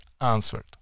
answered